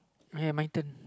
I have my turn